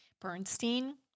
Bernstein